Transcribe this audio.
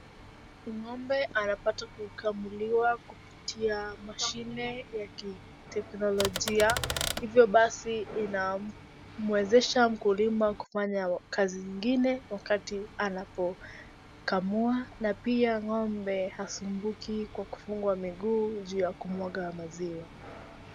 Ng'ombe anapata kukamuliwa kupitia mashine ya kiteknolojia, hivyo basi inamwezesha mkulima kufanya kazi zingine wakati anapokamua na pia ng'ombe hasumbuki kwa kufungwa miguu juu ya kumwaga maziwa.